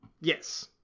Yes